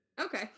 Okay